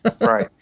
right